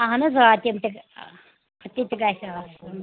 اہن حظ آ تِم تہِ تہِ تہِ گژھِ آسُن